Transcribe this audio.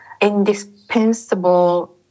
indispensable